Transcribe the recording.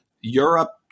Europe